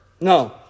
No